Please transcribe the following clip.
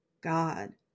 God